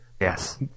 Yes